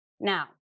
Now